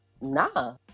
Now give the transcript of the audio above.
nah